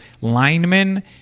linemen